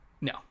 No